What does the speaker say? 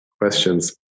questions